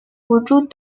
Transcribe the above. وجود